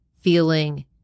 feeling